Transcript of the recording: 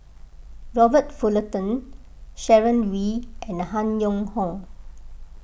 Robert Fullerton Sharon Wee and Han Yong Hong